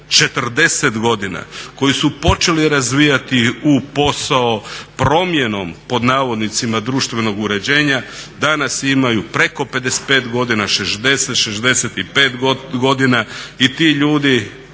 40 godina, koji su počeli razvijati u posao promjenom, pod navodnicima društvenog uređenja danas imaju prko 55 godina, 60, 65 godina i ti ljudi